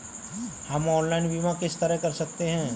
हम ऑनलाइन बीमा किस तरह कर सकते हैं?